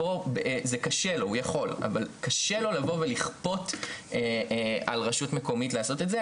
קשה לו לבוא ולכפות על רשות מקומית לעשות את זה.